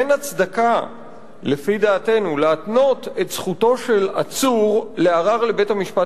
אין הצדקה לפי דעתנו להתנות את זכותו של עצור לערר לבית-המשפט